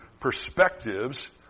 perspectives